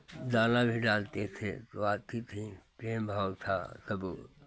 दाना भी डालते थे वो आती थी प्रेम भाव था सब